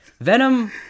Venom